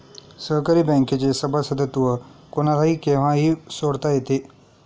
सहकारी बँकेचे सभासदत्व कोणालाही केव्हाही सोडता येते